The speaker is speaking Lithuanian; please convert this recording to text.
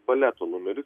baleto numeris